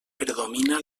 predomina